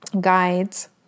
guides